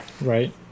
right